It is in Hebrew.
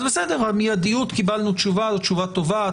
אז בסדר, על מיידיות קיבלנו תשובה ותשובה טובה.